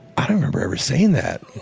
i don't remember ever saying that.